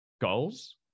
goals